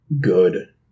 good